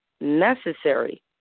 necessary